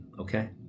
okay